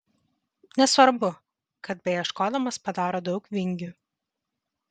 nesvarbu kad beieškodamas padaro daug vingių